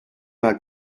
not